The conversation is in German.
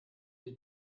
die